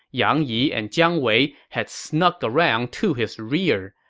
yang yi and jiang wei had snuck around to his rear.